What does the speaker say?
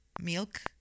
milk